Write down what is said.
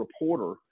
reporter